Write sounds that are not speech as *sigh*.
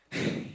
*breath*